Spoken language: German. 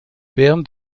während